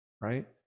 right